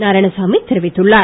நாராயணசாமி தெரிவித்துள்ளார்